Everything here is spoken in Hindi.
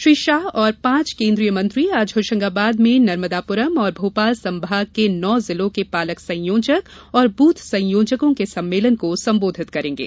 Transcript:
श्री शाह और पांच केन्द्रीय मंत्री आज होशंगाबाद में नर्मदापुरम और भोपाल संभाग के नौ जिलों के पालक संयोजक और बृथ संयोजकों के सम्मेलन को संबोधित करेंगे